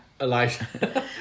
Elijah